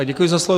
Děkuji za slovo.